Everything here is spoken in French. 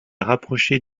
rapprocher